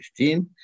2015